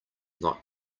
not